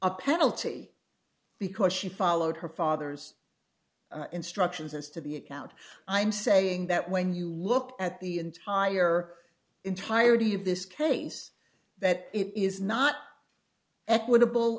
a penalty because she followed her father's instructions as to be account i'm saying that when you look at the entire entirety of this case that it is not equitable